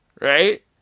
right